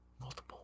Multiple